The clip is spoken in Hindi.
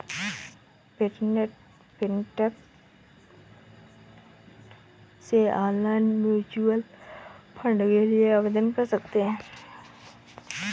फिनटेक से ऑनलाइन म्यूच्यूअल फंड के लिए आवेदन कर सकते हैं